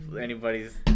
anybody's